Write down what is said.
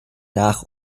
nach